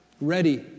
Ready